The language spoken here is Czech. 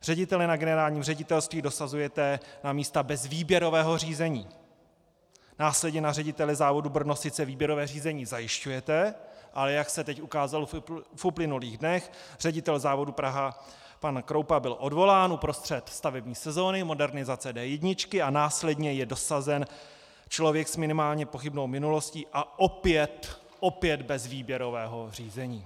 Ředitele na generální ředitelství dosazujete na místa bez výběrového řízení, následně na ředitele závodu Brno sice výběrové řízení zajišťujete, ale jak se teď ukázalo v uplynulých dnech, ředitel závodu Praha pan Kroupa byl odvolán uprostřed stavební sezóny modernizace D1 a následně je dosazen člověk s minimálně pochybnou minulostí a opět opět bez výběrového řízení.